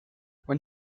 when